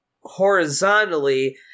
horizontally